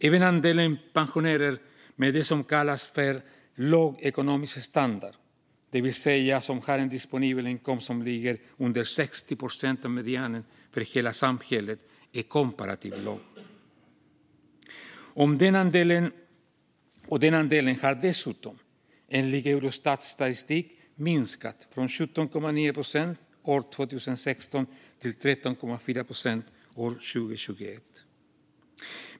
Även andelen pensionärer med det som kallas låg ekonomisk standard, det vill säga som har en disponibel inkomst som ligger under 60 procent av medianen för hela samhället, är komparativt låg. Den andelen har dessutom, enligt Eurostats statistik, minskat från 17,9 procent år 2016 till 13,4 procent år 2021.